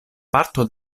parto